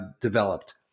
developed